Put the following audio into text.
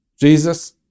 Jesus